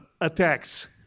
attacks